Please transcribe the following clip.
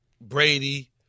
Brady